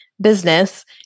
business